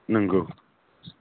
नंगौ